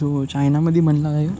जो चायनामध्ये बनला आहे